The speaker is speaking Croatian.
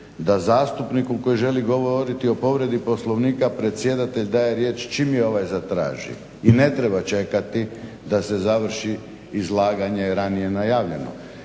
da zastupniku koji želi govoriti o povredi Poslovnika predsjedatelj daje riječ čim je ovaj zatražio i ne treba čekati da se završi izlaganje ranije najavljeno.